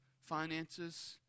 finances